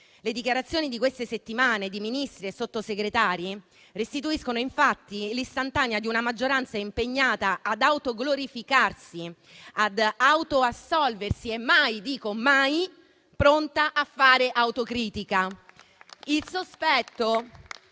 Le dichiarazioni di queste settimane di Ministri e Sottosegretari restituiscono infatti l'istantanea di una maggioranza impegnata ad auto-glorificarsi, ad auto-assolversi e mai - e dico mai - pronta a fare autocritica.